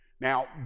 Now